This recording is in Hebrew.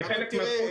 כחלק מן הזכות